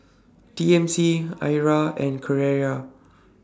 T M C Arai and Carrera